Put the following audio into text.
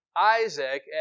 Isaac